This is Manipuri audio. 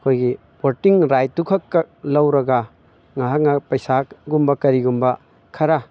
ꯑꯩꯈꯣꯏꯒꯤ ꯕꯣꯇꯤꯡ ꯔꯥꯏꯠꯇꯨꯈꯛꯈꯛ ꯂꯧꯔꯒ ꯉꯥꯏꯍꯥꯛ ꯉꯥꯏꯍꯥꯛ ꯄꯩꯁꯥꯒꯨꯝꯕ ꯀꯔꯤꯒꯨꯝꯕ ꯈꯔ